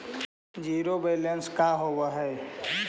Zero balance का होव हइ?